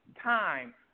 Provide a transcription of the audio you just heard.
time